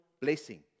blessing